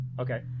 Okay